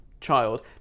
child